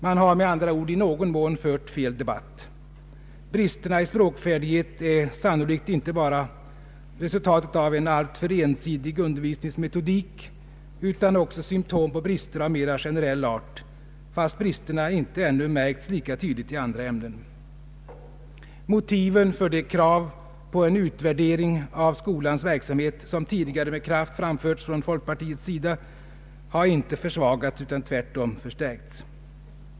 Man har med andra ord i någon mån fört fel debatt. Bristerna i språkfärdighet är sannolikt inte bara resultat av en alltför ensidig undervisningsmetodik utan också symptom på brister av mera generell art, fast bristerna ännu inte märks lika tydligt i andra ämnen. Motiven för de krav på en utvärdering av skolans verksamhet som tidigare med kraft framförts från folkpartiets Allmänpolitisk debatt sida har inte försvagats utan tvärtom förstärkts.